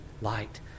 light